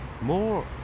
more